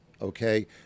Okay